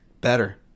better